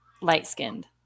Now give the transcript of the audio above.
light-skinned